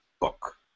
book